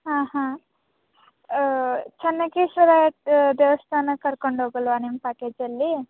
ಹಾಂ ಹಾಂ ಚೆನ್ನಕೇಶವ ದೇವಸ್ಥಾನಕ್ಕೆ ಕರ್ಕೊಂಡೋಗಲ್ವಾ ನಿಮ್ಮ ಪ್ಯಾಕೇಜಲ್ಲಿ